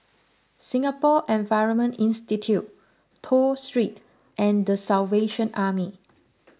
Singapore Environment Institute Toh Street and the Salvation Army